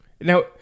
Now